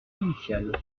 initiale